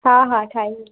हा हा ठाही वेई आ